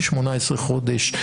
18 חודשים.